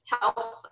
health